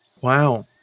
Wow